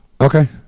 Okay